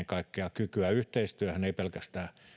kaikkea kykyä yhteistyöhön ei pelkästään